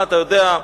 אתה יודע,